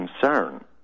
concern